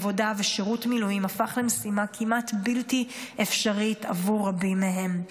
עבודה ושירות מילואים הפך למשימה כמעט בלתי אפשרית עבור רבים מהם.